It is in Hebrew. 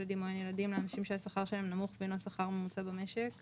שעליה חבר הכנסת